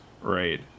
right